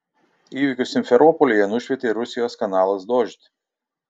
įvykius simferopolyje nušvietė ir rusijos kanalas dožd